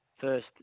first